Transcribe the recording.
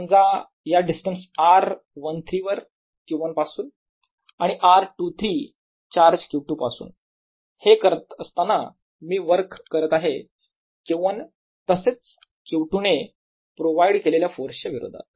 समजा या distance r13 वर Q1 पासून आणि r 23 चार्ज Q2 पासून हे करत असताना मी वर्क करत आहे Q1 तसेच Q2 ने प्रोव्हाइड केलेल्या फोर्सच्या विरोधात